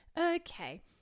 Okay